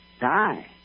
Die